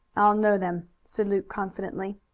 i'll know them, said luke confidently.